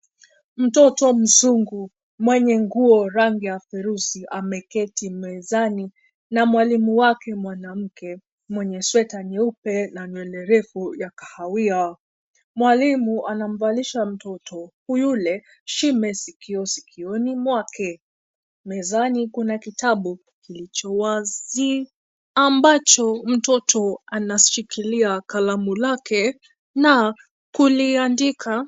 Mtoto mzungu mwenye nguo rangi ya ferusi ameketi mezani na mwalimu wake mwanamke mwenye sweta nyeupe na nywele refu ya kahawia. Mwalimu anamvalisha mtoto yule shime sikio sikioni mwake. Mezani kuna kitabu kilichowazi ambacho mtoto anashikilia kalamu lake na kuliandika.